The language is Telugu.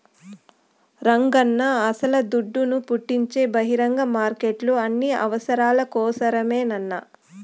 రంగన్నా అస్సల దుడ్డును పుట్టించే బహిరంగ మార్కెట్లు అన్ని అవసరాల కోసరమేనన్నా